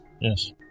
Yes